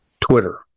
Twitter